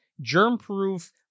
germ-proof